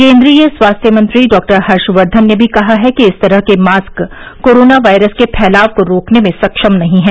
केंद्रीय स्वास्थ्य मंत्री डॉक्टर हर्षवर्धन ने भी कहा है कि इस तरह के मास्क कोरोना वायरस के फैलाव को रोकने में सक्षम नहीं हैं